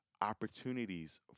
opportunities